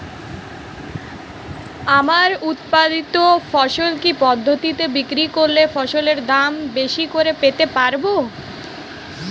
আমার উৎপাদিত ফসল কি পদ্ধতিতে বিক্রি করলে ফসলের দাম বেশি করে পেতে পারবো?